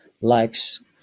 likes